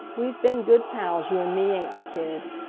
we've been good pals, you and me, ain't we, kid?